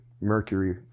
mercury